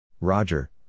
Roger